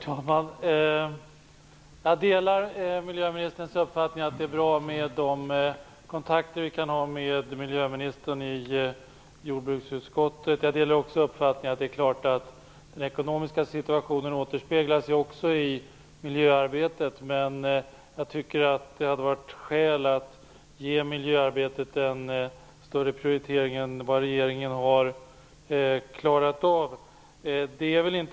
Herr talman! Jag delar miljöministerns uppfattning att det är bra med de kontakter vi i jordbruksutskottet kan ha med miljöministern. Jag delar också uppfattningen att det är klart att den ekonomiska situationen återspeglar sig även i miljöarbetet. Jag tycker att det hade funnits skäl att ge miljöarbetet högre prioritet än vad regeringen har klarat av. Herr talman!